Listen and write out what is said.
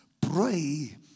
pray